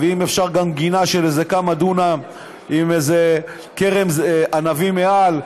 ואם אפשר גם גינה של כמה דונם עם איזה כרם ענבים מעל,